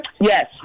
Yes